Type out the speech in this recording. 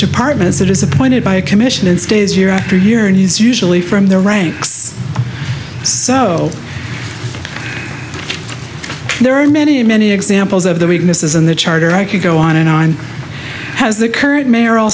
departments that is appointed by a commission and stays year after year and he's usually from the ranks so there are many many examples of the weaknesses in the charter i could go on and on has the current mayoral